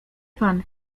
pan